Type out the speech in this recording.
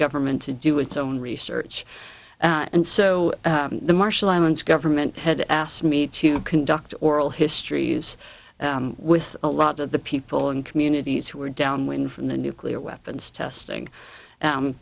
government to do its own research and so the marshall islands government had asked me to conduct oral histories with a lot of the people and communities who were downwind from the nuclear weapons testing